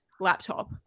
Laptop